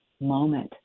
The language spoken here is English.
moment